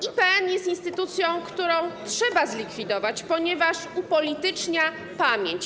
IPN jest instytucją, którą trzeba zlikwidować, ponieważ upolitycznia pamięć.